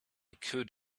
could